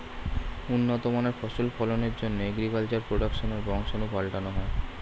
উন্নত মানের ফসল ফলনের জন্যে অ্যাগ্রিকালচার প্রোডাক্টসের বংশাণু পাল্টানো হয়